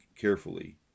carefully